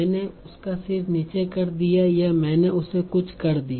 मैंने उसका सिर नीचे कर दिया या मैंने उसे कुछ कर दिया